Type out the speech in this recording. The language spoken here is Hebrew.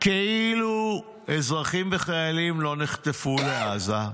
כאילו אזרחים וחיילים לא נחטפו לעזה,